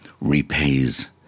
repays